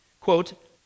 Quote